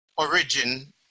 Origin